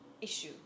issue